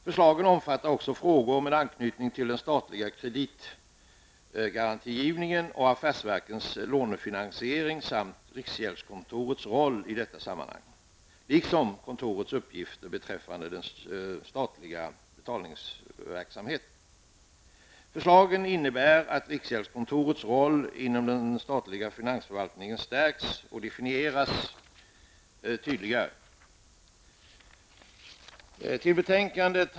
Förslagen omfattar också frågor med anknytning till den statliga kreditgarantigivningen och affärsverkens lånefinansiering samt riksgäldskontorets roll i detta sammanhang, liksom kontorets uppgifter beträffande den statliga betalningsverksamheten. Förslagen innebär att riksgäldskontorets roll inom den statliga finansförvaltningen stärks och definieras tydligare.